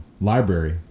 library